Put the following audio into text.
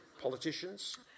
politicians